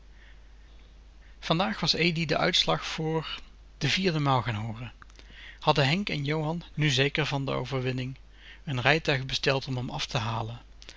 den uitslag voor de vierde maal gaan hooren hadden henk en johan nu zéker van de overwinning n rijtuig besteld om m af te halen